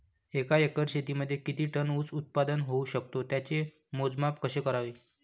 एका एकर शेतीमध्ये किती टन ऊस उत्पादन होऊ शकतो? त्याचे मोजमाप कसे करावे?